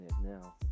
now